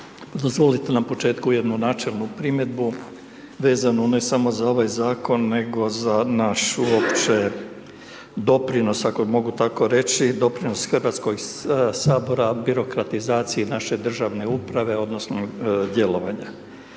Dozvolite na početku jednu načelnu primjedbu vezanu ne samo za ovaj zakon nego za naš uopće doprinos ako mogu tako reći, doprinos Hrvatskoj sabora birokratizaciji naše državne uprave odnosno djelovanja.